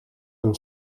een